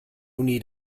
need